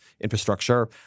infrastructure